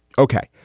ok.